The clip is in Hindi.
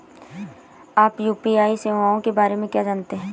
आप यू.पी.आई सेवाओं के बारे में क्या जानते हैं?